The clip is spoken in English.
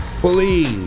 Please